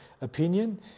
opinion